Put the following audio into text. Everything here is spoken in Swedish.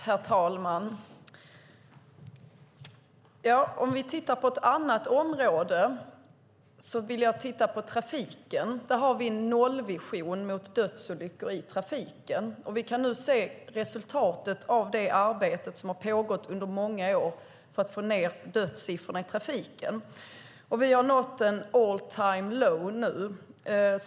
Herr talman! Låt oss titta på ett annat område, trafiken. Där har vi nollvision när det gäller dödsolyckor. Vi kan nu se resultatet av det arbete som har pågått under många år för att få ned dödssiffrorna gällande trafiken. Vi har nått all-time-low nu.